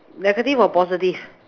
negative or positive